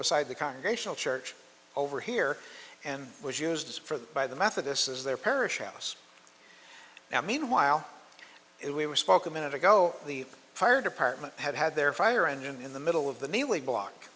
beside the congregational church over here and was used for the by the methodists as their parish house now meanwhile it was spoken minute ago the fire department had had their fire engine in the middle of the neely block